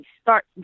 start